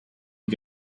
you